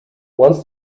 once